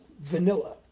vanilla